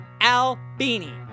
Albini